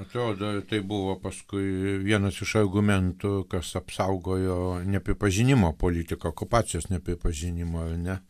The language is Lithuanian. atrodo tai buvo paskui vienas iš argumentų kas apsaugojo nepripažinimo politiką okupacijos nepripažinimo ar ne